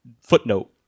footnote